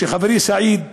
שחברי סעיד